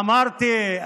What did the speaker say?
אמרתי,